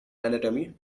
anatomy